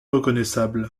reconnaissable